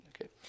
Okay